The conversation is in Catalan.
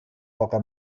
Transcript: poca